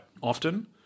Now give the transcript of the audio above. often